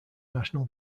national